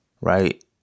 right